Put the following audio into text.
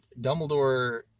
Dumbledore